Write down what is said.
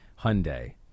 Hyundai